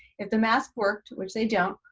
if the masks worked, which they don't,